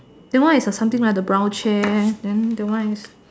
then one is the something like the brown chair then the one is